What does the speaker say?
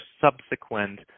subsequent